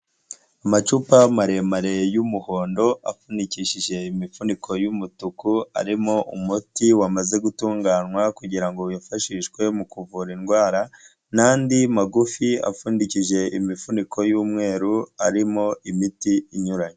Amacupa maremare y'umuhondo afunikishije imifuniko y'umutuku, arimo umuti wamaze gutunganwa kugira ngo wifashishwe mu kuvura indwara ,n'andi magufi apfundikije imifuniko y'umweru, arimo imiti inyuranye.